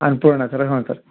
Annapurna sir ಹ್ಞೂ ಸರ